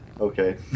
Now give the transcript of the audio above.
okay